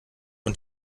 und